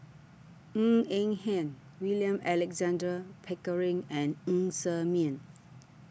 Ng Eng Hen William Alexander Pickering and Ng Ser Miang